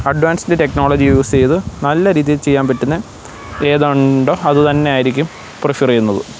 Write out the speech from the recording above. advanced technology use ചെയ്ത് നല്ല രീതിയിൽ ചെയ്യാൻ പറ്റുന്ന ഏത് ഉണ്ടോ അതുതന്നെയായിരിക്കും പ്രിഫർ ചെയ്യുന്നത്